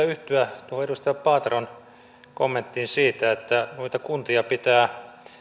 yhtyä tuohon edustaja paateron kommenttiin siitä että kuntia pitää